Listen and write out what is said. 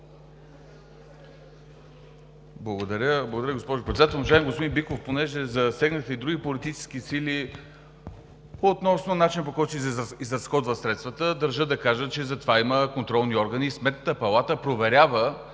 Благодаря, госпожо Председател.